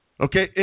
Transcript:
Okay